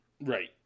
right